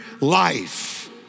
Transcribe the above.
life